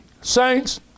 Saints